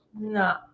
No